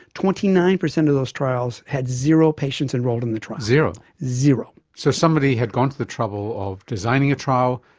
twenty nine percent of those trials had zero patients enrolled in the trial. zero? zero. so somebody had gone to the trouble of designing a trial,